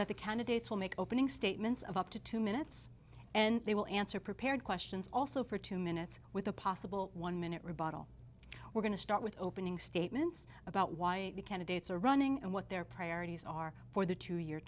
that the candidates will make opening statements of up to two minutes and they will answer prepared questions also for two minutes with a possible one minute rebuttal we're going to start with opening statements about why the candidates are running and what their priorities are for the two year